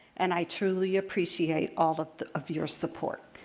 and i truly appreciate all of of your support,